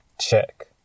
check